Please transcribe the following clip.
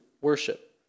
worship